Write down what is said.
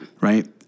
right